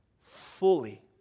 fully